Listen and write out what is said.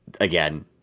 again